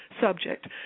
subject